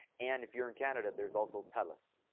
and if you're in canada, there's also telus.